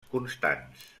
constants